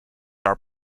are